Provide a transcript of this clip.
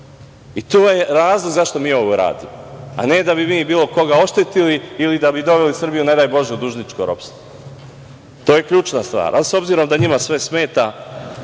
To je razlog zašto mi ovo radimo, a ne da bi mi bilo koga oštetili, ili da bi doveli Srbiju, ne daj Bože, u dužničko ropstvo. To je ključna stvar.S obzirom da njima sve smeta,